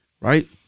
Right